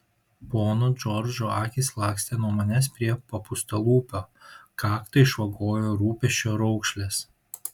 pono džordžo akys lakstė nuo manęs prie papūstalūpio kaktą išvagojo rūpesčio raukšlės